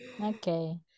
okay